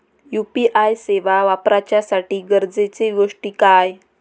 UPI सेवा वापराच्यासाठी गरजेचे गोष्टी काय?